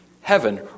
heaven